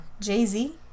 Jay-Z